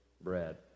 bread